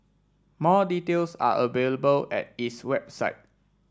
more details are available at its website